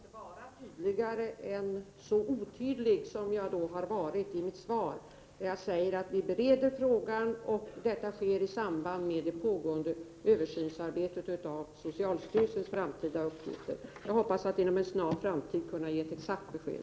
Herr talman! Jag kan för dagen inte vara tydligare än så otydlig som jag har varit i mitt svar när jag sagt att vi bereder frågan och att detta sker i samband med det pågående översynsarbetet av socialstyrelsens framtida uppgifter. Jag hoppas att inom en snar framtid kunna ge ett exakt besked.